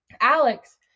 Alex